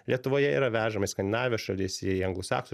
lietuvoje yra vežami į skandinavijos šalis į anglosaksų